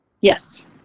Yes